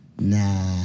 nah